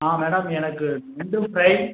on madam எனக்கு நண்டு fry